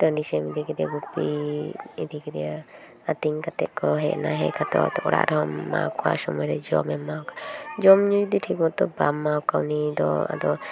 ᱴᱟᱺᱰᱤ ᱥᱮᱫ ᱮᱢ ᱤᱫᱤ ᱠᱮᱫᱮᱭᱟ ᱜᱩᱯᱤ ᱜᱩᱯᱤᱢ ᱤᱫᱤ ᱠᱮᱫᱮᱭᱟ ᱟᱫᱚ ᱟᱹᱛᱤᱧ ᱠᱟᱛᱮᱠᱚ ᱦᱮᱡ ᱮᱱᱟ ᱦᱮᱡ ᱠᱟᱛᱮ ᱚᱲᱟᱜ ᱨᱮᱦᱚᱢ ᱮᱢᱟᱣᱠᱚᱣᱟ ᱥᱚᱢᱚᱭᱨᱮ ᱡᱚᱢᱮᱢ ᱮᱢᱟᱣᱠᱚᱣᱟ ᱡᱚᱢᱼᱧᱩ ᱡᱚᱫᱤ ᱴᱷᱤᱠ ᱢᱚᱛᱚ ᱵᱟᱢ ᱮᱢᱟᱣ ᱠᱚᱣᱟ ᱩᱱᱤ ᱫᱚ ᱟᱫᱚ